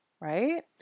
right